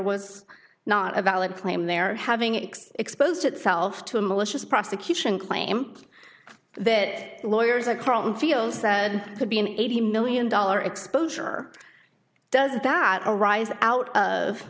was not a valid claim there having exposed itself to a malicious prosecution claim that lawyers or carlton feels could be an eighty million dollar exposure does that arise out of